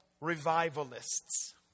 Revivalists